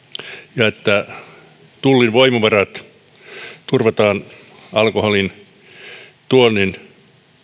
ja että tullin voimavarat turvataan alkoholin tuonnin